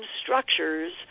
structures